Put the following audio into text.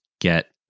get